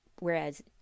Whereas